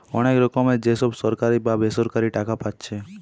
অনেক রকমের যে সব সরকারি বা বেসরকারি টাকা পাচ্ছে